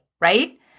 Right